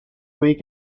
week